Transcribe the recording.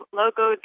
logo